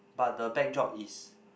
but the backdrop is